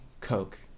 Coke